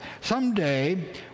Someday